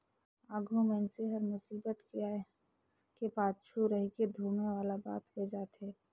आघु मइनसे हर मुसीबत के आय के पाछू पइसा रहिके धुमे वाला बात होए जाथे